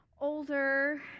older